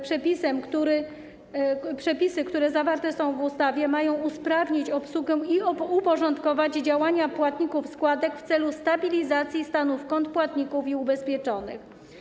Przepisy, które zawarte są w ustawie, mają usprawnić obsługę i uporządkować działania płatników składek w celu stabilizacji stanów kont płatników i ubezpieczonych.